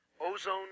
ozone